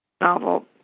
novel